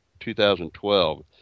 2012